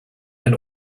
when